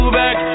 back